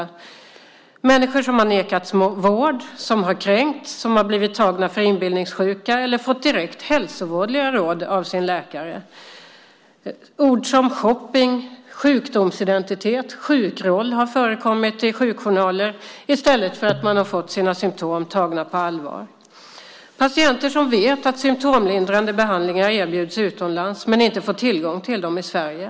Det är människor som har nekats vård, som har kränkts, blivit tagna för inbillningssjuka eller fått direkt hälsovådliga råd av sin läkare. Ord som "shopping", "sjukdomsidentitet" och "sjukroll" har förekommit i sjukjournaler i ställer för att man har tagit symtomen på allvar. Patienter som vet att symtomlindrande behandling erbjuds utomlands får inte tillgång till dem i Sverige.